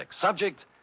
Subject